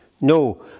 No